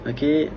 Okay